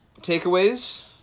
Takeaways